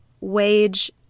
wage